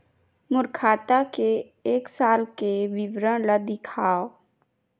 मोर खाता के एक साल के विवरण ल दिखाव?